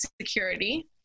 security